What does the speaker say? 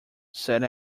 said